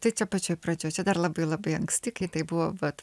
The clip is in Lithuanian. tai čia pačioj pradžioj čia dar labai labai anksti kai tai buvo vat